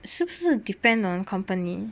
是不是 depend on company